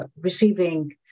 receiving